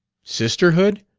sisterhood?